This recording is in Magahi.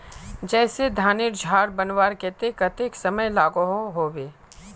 जैसे धानेर झार बनवार केते कतेक समय लागोहो होबे?